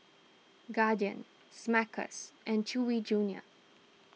Guardian Smuckers and Chewy Junior